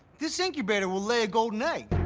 this incubator will lay a golden egg.